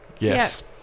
Yes